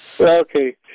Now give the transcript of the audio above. Okay